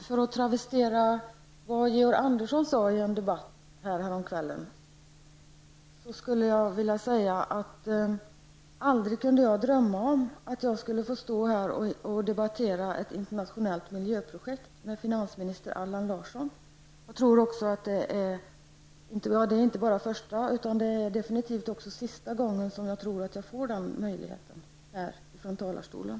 För att travestera vad Georg Andersson sade i en debatt häromkvällen, skulle jag vilja säga att aldrig kunde jag dröma om att jag skulle få stå här och debattera ett internationelt miljöprojekt med finansminister Allan Larsson. Det är, tror jag, inte bara första utan definitivt också sista gången som jag har den möjlighet här från talarstolen.